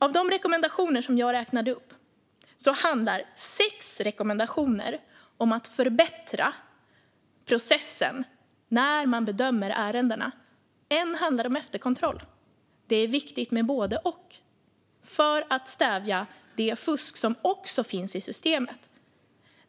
Av de rekommendationer som jag räknade upp handlar sex stycken om att förbättra processen när man bedömer ärendena. En handlar om efterkontroll. Det är viktigt med både och för att stävja det fusk som också finns i systemet.